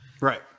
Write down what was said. Right